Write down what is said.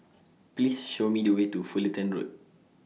Please Show Me The Way to Fullerton Road